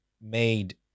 made